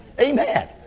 Amen